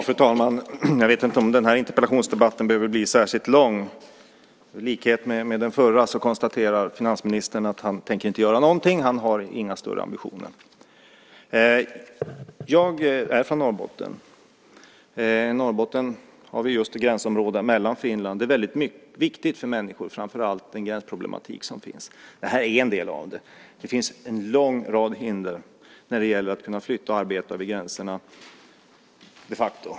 Fru talman! Jag vet inte om den här interpellationsdebatten behöver bli särskilt lång. Precis som i den förra konstaterar finansministern att han inte tänker göra någonting. Han har inga större ambitioner. Jag är från Norrbotten. I Norrbotten har vi just ett gränsområde mot Finland, och den gränsproblematik som finns är väldigt viktig för människor. Det här är en del av den. Det finns en lång rad hinder när det gäller att kunna flytta och arbeta vid gränserna.